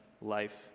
life